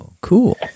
Cool